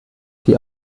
die